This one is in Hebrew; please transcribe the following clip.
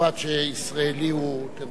שישראלי הוא טרור, ארגון טרור גם?